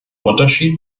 unterschied